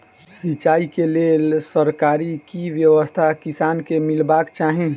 सिंचाई केँ लेल सरकारी की व्यवस्था किसान केँ मीलबाक चाहि?